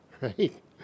right